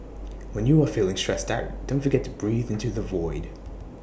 when you are feeling stressed out don't forget to breathe into the void